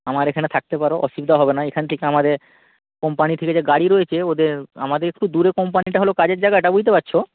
আমার এখানে থাকতে পারো অসুবিধা হবে না এখান থেকে আমাদের কোম্পানি থেকে যে গাড়ি রয়েছে ওদের আমাদের একটু দূরে কোম্পানিটা হলো কাজের জায়গাটা বুঝতে পারছ